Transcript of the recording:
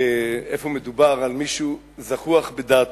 איפה מדובר על מישהו זחוח בדעתו.